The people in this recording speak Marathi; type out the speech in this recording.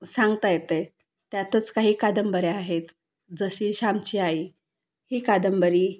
सांगता येतं आहे त्यातच काही कादंबऱ्या आहेत जशी शामची आई ही कादंबरी